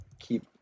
keep